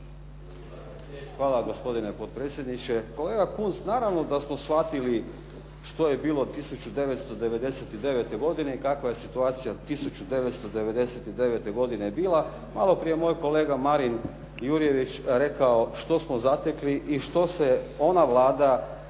vam gospodine potpredsjedniče. Kolega Kunst naravno da smo shvatili što je bilo 1999. godine i kakva je situacija 1999. godine bila. Malo prije moj kolega Marin Jurjević što smo zatekli i što se ona Vlada,